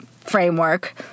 framework